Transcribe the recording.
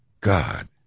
God